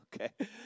okay